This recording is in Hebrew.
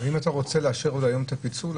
אם אתה רוצה לאשר עוד היום את הפיצול,